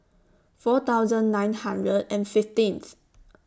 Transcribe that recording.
four thousand nine hundred and fifteenth